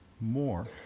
more